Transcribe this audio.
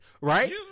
Right